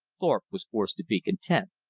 thorpe was forced to be content.